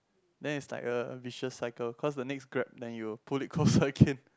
then it's like a vicious cycle cause the next grab then you will pull it closer again